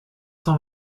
cent